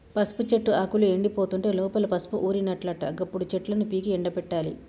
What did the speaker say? పసుపు చెట్టు ఆకులు ఎండిపోతుంటే లోపల పసుపు ఊరినట్లట గప్పుడు చెట్లను పీకి ఎండపెట్టాలి